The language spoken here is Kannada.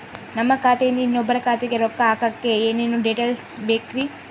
ನಮ್ಮ ಖಾತೆಯಿಂದ ಇನ್ನೊಬ್ಬರ ಖಾತೆಗೆ ರೊಕ್ಕ ಹಾಕಕ್ಕೆ ಏನೇನು ಡೇಟೇಲ್ಸ್ ಬೇಕರಿ?